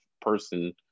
person